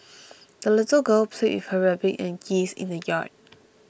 the little girl played with her rabbit and geese in the yard